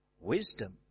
Wisdom